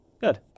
Good